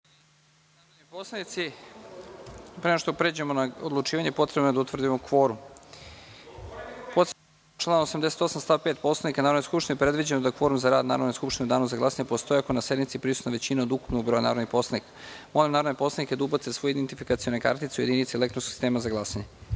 narodni poslanici, pre nego što pređemo na odlučivanje, potrebno je da utvrdimo kvorum. Podsećam vas da je članom 88. stav 5. Poslovnika Narodne skupštine predviđeno da kvorum za rad Narodne skupštine u Danu za glasanje postoji ako je na sednici prisutna većina od ukupnog broja narodnih poslanika. Molim narodne poslanike da ubace svoje identifikacione kartice u jedinice elektronskog sistema za